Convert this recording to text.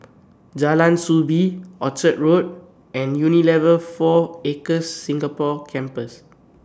Jalan Soo Bee Orchard Road and Unilever four Acres Singapore Campus